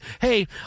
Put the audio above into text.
hey